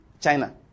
China